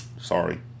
Sorry